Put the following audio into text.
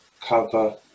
cover